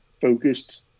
Focused